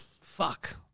fuck